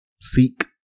seek